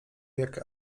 jak